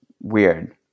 weird